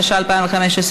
התשע"ה 2015,